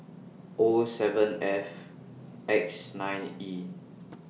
O seven F X nine E